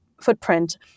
footprint